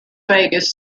vegas